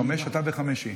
חמש אתה וחמש היא.